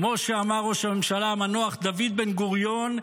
כמו שאמר ראש הממשלה המנוח דוד בן-גוריון,